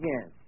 Yes